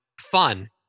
fun